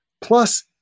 Plus